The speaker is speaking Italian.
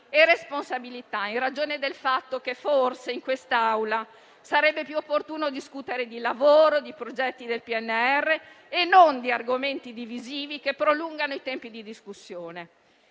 e responsabilità, in ragione del fatto che forse in quest'Aula sarebbe più opportuno discutere di lavoro, di progetti del PNRR e non di argomenti divisivi che prolungano i tempi di discussione.